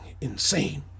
insane